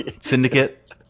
syndicate